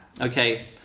Okay